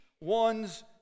one's